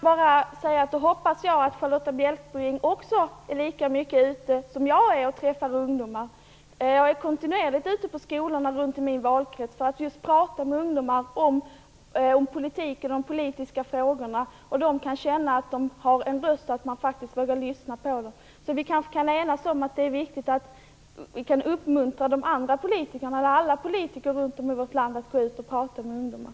Fru talman! Då hoppas jag att Charlotta L Bjälkebring är ute och träffar ungdomar lika mycket som jag. Jag är kontinuerligt ute på skolorna runt i min valkrets just för att prata med ungdomar om politiken och om de politiska frågorna. Då kan de känna att de faktiskt har en röst och att man vågar lyssna på dem. Vi kan kanske enas om att det är viktigt att vi uppmuntrar alla politiker runt om i vårt land att gå ut och prata med ungdomar.